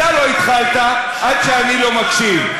אתה לא התחלת עד שאני לא מקשיב,